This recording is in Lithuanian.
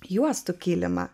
juostų kilimą